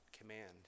command